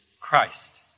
Christ